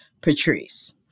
Patrice